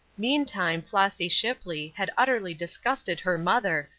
meantime, flossy shipley, had utterly disgusted her mother,